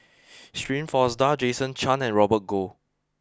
Shirin Fozdar Jason Chan and Robert Goh